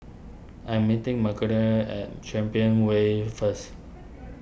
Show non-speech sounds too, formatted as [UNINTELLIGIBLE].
I am meeting [UNINTELLIGIBLE] at Champion Way first